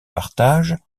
partagent